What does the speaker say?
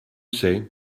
c’est